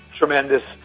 Tremendous